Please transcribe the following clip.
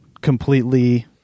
completely